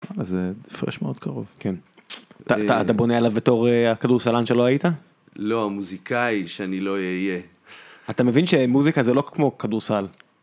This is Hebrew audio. אז הפרש מאוד קרוב. כן, אתה אתה בונה עליו בתור הכדורסלן שלא היית. לא, מוזיקאי שאני לא אהיה. אתה מבין שמוזיקה זה לא כמו כדורסל.